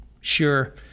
Sure